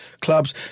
clubs